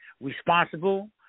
responsible